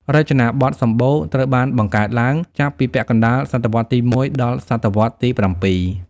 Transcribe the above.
រចនាបថសំបូរ ត្រូវបានបង្កើតឡើង ចាប់ពីពាក់កណ្ដាលសតវត្សទី១ ដល់សតវត្សទី៧។